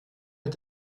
est